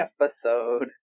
episode